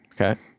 Okay